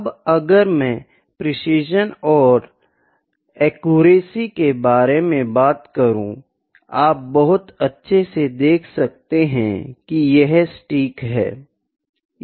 अब अगर मैं प्रिसिशन व एक्यूरेसी के बारे में बात करू आप बहुत अच्छे से देख सकते है की यह सटीक है